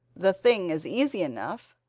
the thing is easy enough.